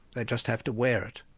they'll just have to wear it.